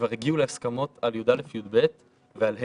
שכבר הגיעו להסכמות על י"א ו-י"ב ועל ה'-ו,